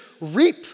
reap